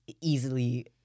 easily